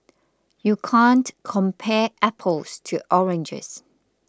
you can't compare apples to oranges